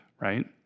right